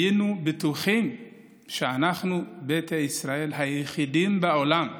היינו בטוחים שאנחנו, ביתא ישראל, היחידים בעולם,